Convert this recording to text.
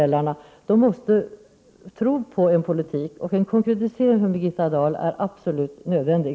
De måste tro på politiken, och en konkretisering från Birgitta Dahl är absolut nödvändig.